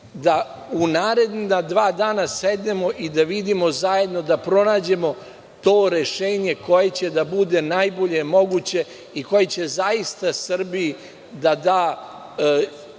da u naredna dva dana sednemo i vidimo zajedno, da pronađemo to rešenje koje će da bude najbolje moguće i koje će zaista Srbiji da da